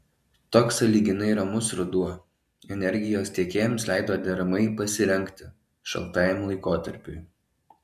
toks sąlyginai ramus ruduo energijos tiekėjams leido deramai pasirengti šaltajam laikotarpiui